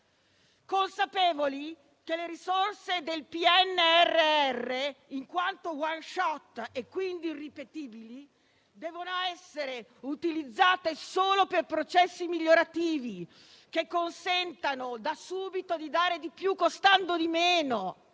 consapevoli che le risorse del PNRR, in quanto *one shot* e quindi irripetibili, devono essere utilizzate solo per processi migliorativi che consentano da subito di dare di più costando di meno,